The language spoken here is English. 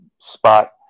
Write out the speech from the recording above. spot